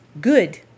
good